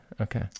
Okay